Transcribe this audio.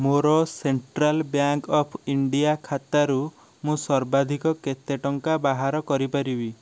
ମୋର central bank of India ଖାତାରୁ ମୁଁ ସର୍ବାଧିକ କେତେ ଟଙ୍କା ବାହାର କରିପାରିବି